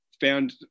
found